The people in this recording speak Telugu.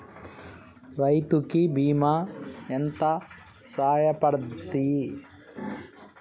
రైతు కి బీమా ఎంత సాయపడ్తది?